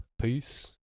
Peace